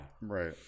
Right